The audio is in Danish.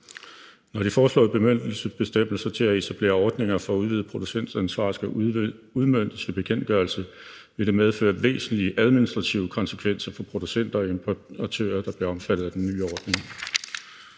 Når de foreslåede bemyndigelsesbestemmelser til at etablere ordninger for udvidet producentansvar skal udmøntes i bekendtgørelse, vil det medføre væsentlige administrative konsekvenser for producenter og importører, der bliver omfattet af den nye ordning.